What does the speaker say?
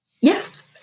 Yes